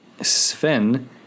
Sven